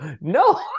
no